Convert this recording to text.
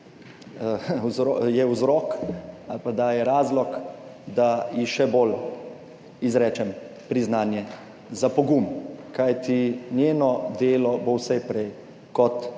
je vzrok ali pa da je razlog, da ji še bolj izrečem priznanje za pogum, kajti njeno delo bo vse prej kot